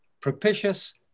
propitious